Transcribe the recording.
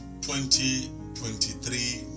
2023